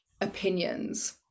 opinions